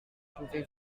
pouvez